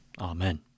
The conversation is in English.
amen